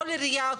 כל עירייה,